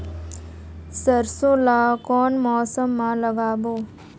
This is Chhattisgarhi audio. सरसो ला कोन मौसम मा लागबो?